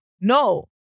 No